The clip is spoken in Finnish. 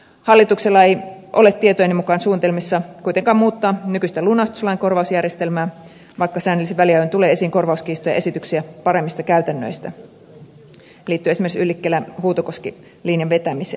hallituksella ei ole tietojeni mukaan suunnitelmissa kuitenkaan muuttaa nykyistä lunastuslain korvausjärjestelmää vaikka säännöllisin väliajoin tulee esiin korvauskiistoja ja esityksiä paremmista käytännöistä liittyen esimerkiksi yllikkälähuutokoski linjan vahvistamiseen